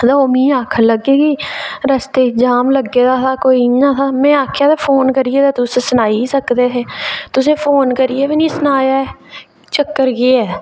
ते ओह् मिगी आक्खन लग्गे कि रस्ते च जाम लग्गे दा हा ते कोई इ'यां हा ते में आखेआ फोन करियै ते तुस सनाई गै सकदे हे तुसें फोन करियै बी निं सनाया ऐ चक्कर केह् ऐ